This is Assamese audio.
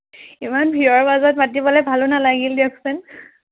ইমান ভিৰৰ মাজত মাতিবলৈ ভালো নালাগিল দিয়কচোন